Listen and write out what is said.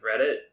Reddit